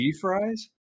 fries